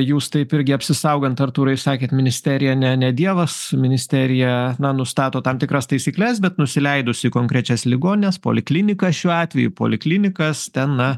jūs taip irgi apsisaugant artūrai sakėt ministerija ne ne dievas ministerija na nustato tam tikras taisykles bet nusileidus į konkrečias ligoninės polikliniką šiuo atveju į poliklinikas ten na